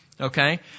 Okay